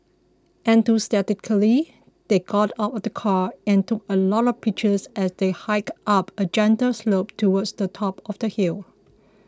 enthusiastically they got out of the car and took a lot of pictures as they hiked up a gentle slope towards the top of the hill